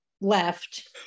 left